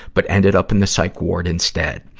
but ended up in the psych ward instead.